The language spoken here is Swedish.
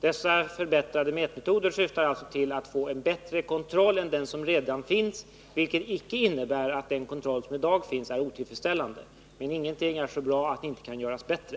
Dessa förbättrade mätmetoder syftar alltså till att få en bättre kontroll än den som redan finns, vilket icke innebär att den kontroll som i dag finns är otillfredsställande. Men ingenting är så bra att det inte kan göras bättre.